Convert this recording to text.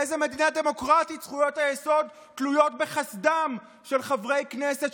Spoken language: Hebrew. באיזה מדינה דמוקרטית זכויות היסוד תלויות בחסדם של חברי כנסת,